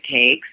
takes